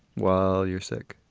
while you're sick